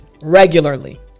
regularly